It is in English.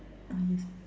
ah yes